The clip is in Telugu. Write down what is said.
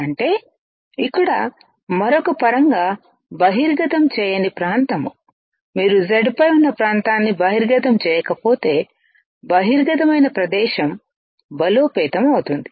అంటే ఇక్కడ మరొక పరంగా బహిర్గతం చేయని ప్రాంతం మీరు Z పై ఉన్న ప్రాంతాన్ని బహిర్గతం చేయకపోతే బహిర్గతమైన ప్రదేశం బలోపేతం అవుతుంది